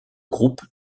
groupe